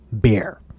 beer